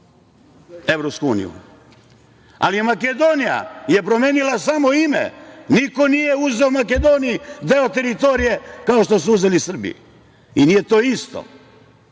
ušla u EU, ali Makedonija je promenila samo ime. Niko nije uzeo Makedoniji deo teritorije, kao što su uzeli Srbiji. Nije to isto